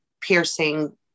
piercing